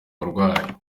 barwayi